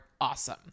awesome